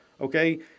Okay